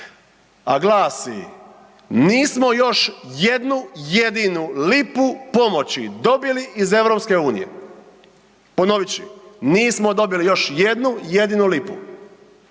a glasi nismo još jednu jedinu lipu pomoći dobili iz EU-a. Ponovit ću, nismo dobili još jednu jedinu lipu